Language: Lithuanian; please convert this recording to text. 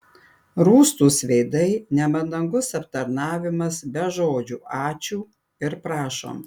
rūstūs veidai nemandagus aptarnavimas be žodžių ačiū ir prašom